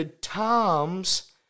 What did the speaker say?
times